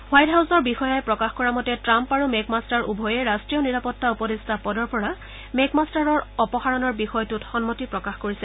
white হাউছৰ বিষয়াই প্ৰকাশ কৰা মতে টাম্প আৰু মেকমাষ্টাৰ উভয়ে ৰাষ্ট্ৰীয় নিৰাপত্তা উপদেষ্টা পদৰ পৰা মেকমাষ্টাৰৰ অপসাৰণৰ বিষয়টোত সন্মতি প্ৰকাশ কৰিছে